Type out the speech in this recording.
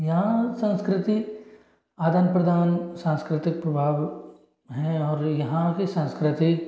यहाँ संस्कृति आदान प्रदान सांस्कृतिक प्रभाव हैं और यहाँ की संस्कृति